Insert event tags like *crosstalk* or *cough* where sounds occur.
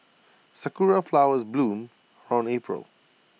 *noise* Sakura Flowers bloom around April